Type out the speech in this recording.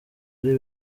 ari